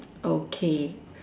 okay